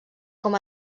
com